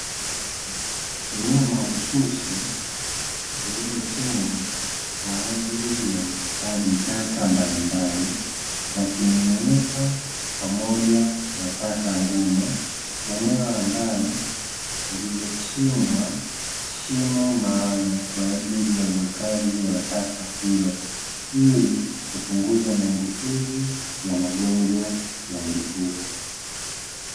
Eneo mahususi lililotengwa kwa ajili ya utupaji taka mbalimbali za kimiminika pamoja na taka ngumu, eneo ambalo limechimbwa shimo maalumu kwa ajili ya uwekaji wa taka hizo, ili kupunguza maambukizi ya magonjwa ya mlipuko.